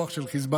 כוח של חיזבאללה,